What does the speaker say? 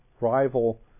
rival